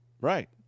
right